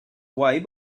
way